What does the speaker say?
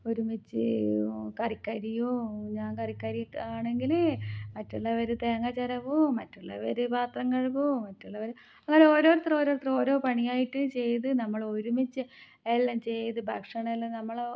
ഒരുമിച്ച് കറിക്ക് അരിയും ഞാൻ കറിക്ക് അറിയുകയാണെങ്കിൽ മറ്റുള്ളവർ തേങ്ങ ചിരവും മറ്റുള്ളവർ പാത്രം കഴുകും മറ്റുള്ളവർ അങ്ങനെ ഓരോരുത്തർ ഓരോരുത്തർ ഓരോ പണിയായിട്ട് ചെയ്ത് നമ്മൾ ഒരുമിച്ച് എല്ലാം ചെയ്ത് ഭക്ഷണമെല്ലാം നമ്മൾ